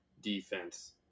defense